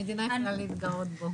שתי בעיות: